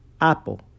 Apple